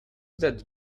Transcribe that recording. that